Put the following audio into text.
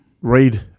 read